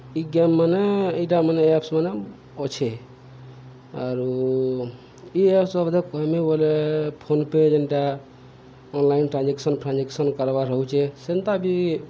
ଇ ଗେମ୍ମାନେ ଇଟା ମାନେ ଆପ୍ସମାନେ ଅଛେ ଆରୁ ଇ ଏପ୍ସ ବାବଦେ କହେମି ବଏଲେ ଫୋନ୍ପେ ଯେନ୍ଟା ଅନ୍ଲାଇନ୍ ଟ୍ରାଞ୍ଜେକ୍ସନ୍ ଫ୍ରାଞ୍ଜେକ୍ସନ୍ କାରବାର୍ ରହୁଛେ ସେନ୍ତା ବି